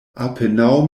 apenaŭ